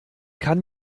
kann